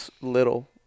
little